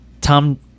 Tom